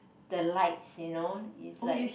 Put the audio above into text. the lights you know is like